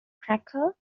cracker